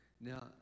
now